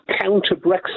counter-Brexit